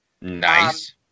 nice